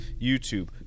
YouTube